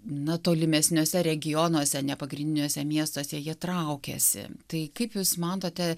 na tolimesniuose regionuose ne pagrindiniuose miestuose jie traukiasi tai kaip jūs matote